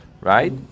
right